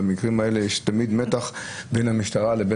במקרים האלה יש תמיד מתח בין המשטרה לבין